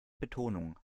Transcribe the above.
betonung